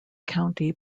county